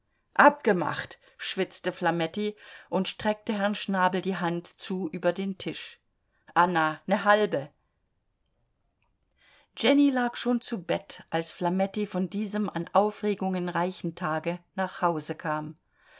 abgemacht schwitzte flametti und streckte herrn schnabel die hand zu über den tisch anna ne halbe jenny lag schon zu bett als flametti von diesem an aufregungen reichen tage nach hause kam